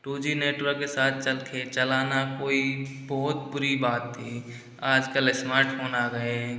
to G network के साथ चलके चलाना कोई बहुत बुरी बात थी आजकल स्मार्टफोन आ गए है